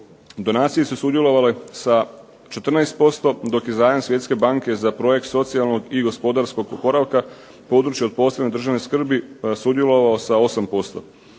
Donacije su sudjelovale sa 14%, dok je zajam Svjetske banke za projekt socijalnog i gospodarskog oporavka , područje od posebne državne skrbi sudjelovao sa 8%.